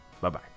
Bye-bye